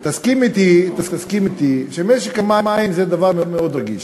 תסכים אתי שמשק המים זה דבר מאוד רגיש,